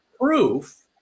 proof